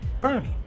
Bernie